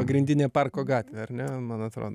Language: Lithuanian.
pagrindinę parko gatvę ar ne man atrodo